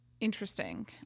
Interesting